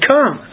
Come